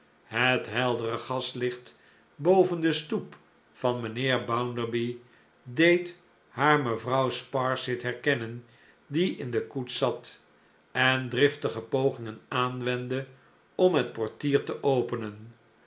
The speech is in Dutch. het heldere gaslicht boven de stoep van mijnheer bounderby deed haar mevrouw sparsit herkennen die in de koets zat en driftige pogingen aanwendde om het portier te openen